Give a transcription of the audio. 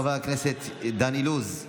חבר הכנסת דן אילוז,